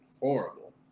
horrible